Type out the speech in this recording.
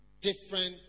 different